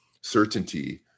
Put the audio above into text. certainty